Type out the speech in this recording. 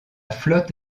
flotte